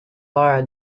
lara